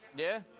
yeah.